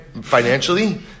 financially